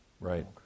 right